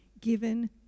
given